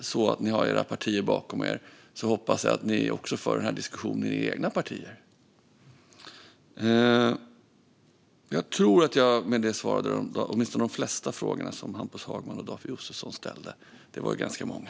Om ni inte har era partier bakom er hoppas jag att ni också för den här diskussionen i era egna partier. Jag tror att jag med detta svarade på åtminstone de flesta frågor som Hampus Hagman och David Josefsson ställde. Det var ju ganska många.